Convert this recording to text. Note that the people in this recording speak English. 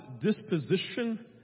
disposition